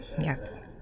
yes